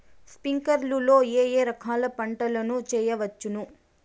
స్ప్రింక్లర్లు లో ఏ ఏ రకాల పంటల ను చేయవచ్చును?